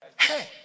Hey